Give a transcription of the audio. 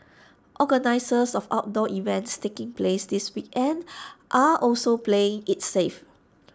organisers of outdoor events taking place this weekend are also playing IT safe